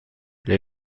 les